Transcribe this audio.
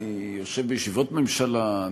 אני יושב בישיבות ממשלה,